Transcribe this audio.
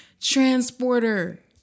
transporter